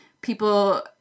People